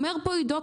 אומר פה עידו,